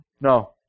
No